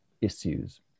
issues